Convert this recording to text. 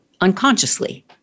unconsciously